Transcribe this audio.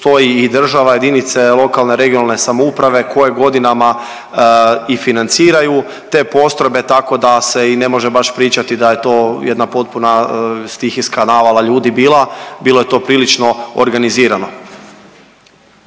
stoji i država i jedinice lokalne i regionalne samouprave koje godinama i financiraju te postrojbe, tako da se i ne može baš pričati da je to jedna potpuna stihijska navala ljudi bila. Bilo je to prilično organizirano.